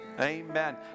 Amen